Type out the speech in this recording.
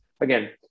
again